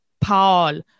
Paul